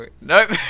Nope